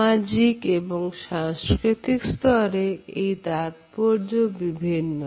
সামাজিক এবং সাংস্কৃতিক স্তরে এর তাৎপর্য বিভিন্ন